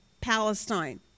Palestine